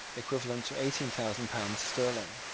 equivalent to eighteen thousand pounds sterling.